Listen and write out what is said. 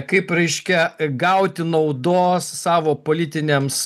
kaip reiškia gauti naudos savo politiniams